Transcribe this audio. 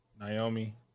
Naomi